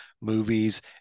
movies